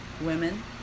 women